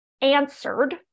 answered